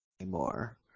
anymore